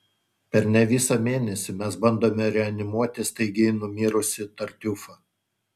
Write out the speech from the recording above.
per ne visą mėnesį mes bandome reanimuoti staigiai numirusį tartiufą